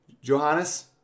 Johannes